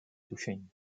tušení